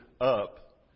up